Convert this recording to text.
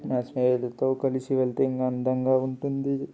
నా స్నేహితులతో కలిసి వెళ్తే ఇంకా అందంగా ఉంటుంది